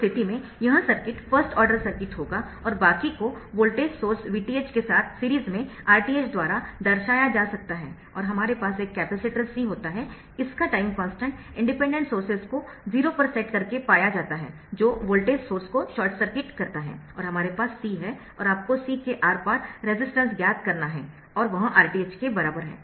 उस स्थिति में यह सर्किट फर्स्ट आर्डर सर्किट होगा और बाकी को वोल्टेज सोर्स Vth के साथ सीरीज में Rth द्वारा दर्शाया जा सकता है और हमारे पास एक कैपेसिटर C होता है इसका टाइम कॉन्स्टन्ट इंडिपेंडेंट सोर्सेस को 0 पर सेट करके पाया जाता है जो वोल्टेज सोर्स को शॉर्ट सर्किट करता है और हमारे पास C है और आपको C के आर पार रेसिस्टेन्स ज्ञात करना है और वह Rth के बराबर है